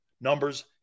numbers